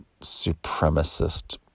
supremacist